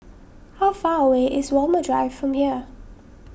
how far away is Walmer Drive from here